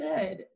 good